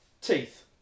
Teeth